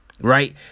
Right